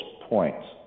points